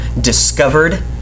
discovered